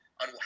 on